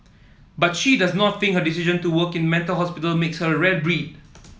but she does not think her decision to work in the mental hospital makes her a rare breed